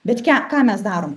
bet ką ką mes darom